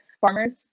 farmers